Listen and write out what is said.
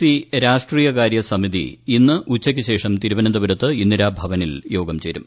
C രാഷ്ട്രീയകാര്യ സമിതി ഇന്ന് ഉച്ചക്ക് ശേഷം തിരുവനന്തപുരത്ത് ഇന്ദിരാഭവനിൽ യോഗം ചേരും